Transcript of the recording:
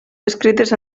descrites